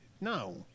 no